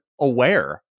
aware